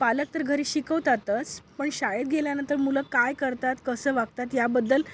पालक तर घरी शिकवतातच पण शाळेत गेल्यानंतर मुलं काय करतात कसं वागतात याबद्दल